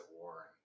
war